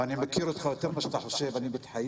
ואני מכיר אותך יותר ממה שאתה חושב אני מתחייב